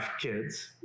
kids